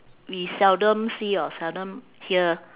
we seldom see or seldom hear